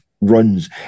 runs